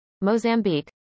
Mozambique